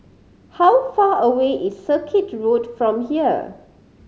how far away is Circuit Road from here